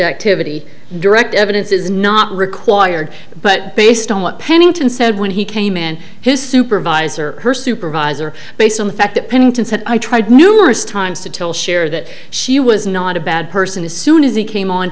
activity direct evidence is not required but based on what pennington said when he came in his supervisor her supervisor based on the fact that pennington said i tried numerous times to tell share that she was not a bad person as soon as he came on